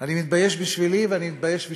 אני מתבייש בשבילי ואני מתבייש בשבילכם.